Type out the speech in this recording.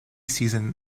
season